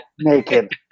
naked